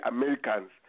Americans